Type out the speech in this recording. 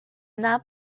not